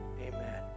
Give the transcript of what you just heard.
Amen